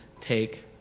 take